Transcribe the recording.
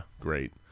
great